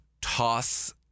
toss